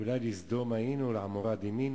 אולי לסדום היינו לעמורה דמינו.